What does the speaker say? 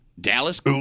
Dallas